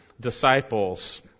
disciples